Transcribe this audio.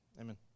Amen